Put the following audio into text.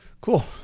Cool